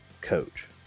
coach